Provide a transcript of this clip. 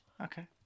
Okay